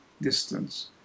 distance